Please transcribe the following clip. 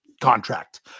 contract